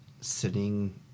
sitting